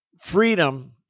freedom